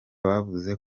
bavuze